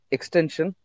Extension